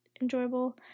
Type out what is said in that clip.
enjoyable